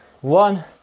one